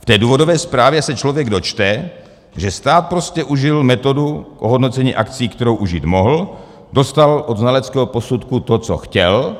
V důvodové zprávě se člověk dočte, že stát prostě užil metodu ohodnocení akcií, kterou užít mohl, dostal od znaleckého posudku to, co chtěl.